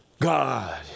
God